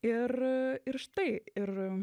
ir ir štai ir